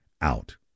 out